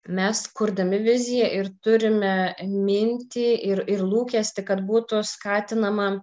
mes kurdami viziją ir turime mintį ir ir lūkestį kad būtų skatinama